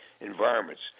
environments